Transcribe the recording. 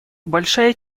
большая